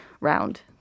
round